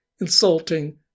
insulting